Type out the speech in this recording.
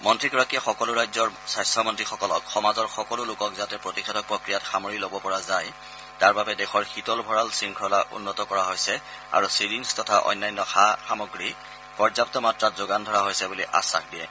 মন্ত্ৰীগৰাকীয়ে সকলো ৰাজ্যৰ স্বাস্থ্যমন্ত্ৰীসকলক সমাজৰ সকলো লোকক যাতে প্ৰতিষেধক প্ৰক্ৰিয়াত সামৰি লব পৰা যায় তাৰ বাবে দেশৰ শীতল ভঁৰাল শংখলা উন্নীত কৰা হৈছে আৰু চিৰিঞ্জ তথা অন্যান্য সা সামগ্ৰী পৰ্যাপু মাত্ৰাত যোগান ধৰা হৈছে বুলি আখাস প্ৰদান কৰে